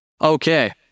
Okay